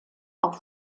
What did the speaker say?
auf